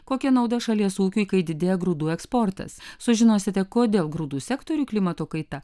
kokia nauda šalies ūkiui kai didėja grūdų eksportas sužinosite kodėl grūdų sektoriuj klimato kaita